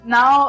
Now